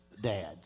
dad